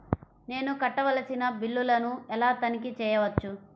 నేను కట్టవలసిన బిల్లులను ఎలా తనిఖీ చెయ్యవచ్చు?